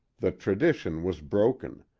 the tradition was broken,